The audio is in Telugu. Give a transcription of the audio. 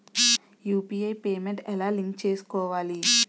యు.పి.ఐ పేమెంట్ ఎలా లింక్ చేసుకోవాలి?